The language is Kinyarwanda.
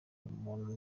ubuntu